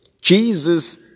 Jesus